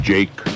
Jake